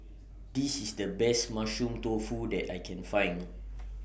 This IS The Best Mushroom Tofu that I Can Find